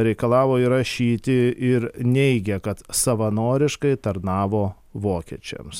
reikalavo įrašyti ir neigė kad savanoriškai tarnavo vokiečiams